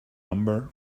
number